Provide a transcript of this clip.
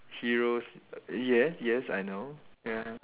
heroes yes yes I know ya